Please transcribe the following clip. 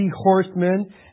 horsemen